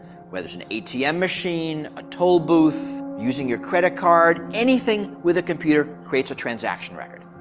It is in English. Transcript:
whether it's an atm machine, a toll booth, using your credit card, anything with a computer creates a transaction record.